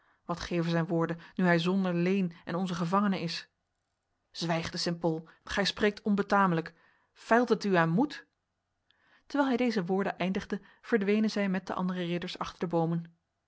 wat geven zijn woorden nu hij zonder leen en onze gevangene is zwijg de st pol gij spreekt onbetamelijk feilt het u aan moed terwijl hij deze woorden eindigde verdwenen zij met de andere ridders achter de bomen